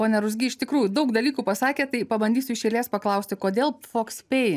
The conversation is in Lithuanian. pone ruzgy iš tikrųjų daug dalykų pasakėt tai pabandysiu iš eilės paklausti kodėl foks pei